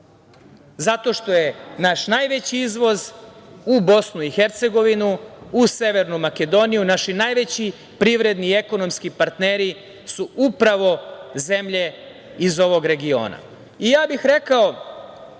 Zato što je naš najveći izvoz u Bosnu i Hercegovinu, u Severnu Makedoniju, naši najveći privredni i ekonomski partneri su upravo zemlje iz ovog regiona. Rekao bih nešto